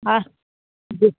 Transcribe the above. বাহ বেশ